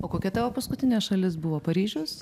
o kokia tavo paskutinė šalis buvo paryžius